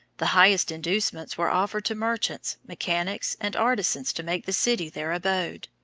the highest inducements were offered to merchants, mechanics, and artisans to make the city their abode.